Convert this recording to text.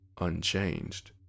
unchanged